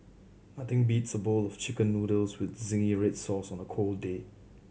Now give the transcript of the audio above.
nothing beats a bowl of Chicken Noodles with zingy red sauce on a cold day